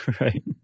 right